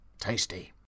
tasty